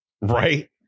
right